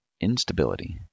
instability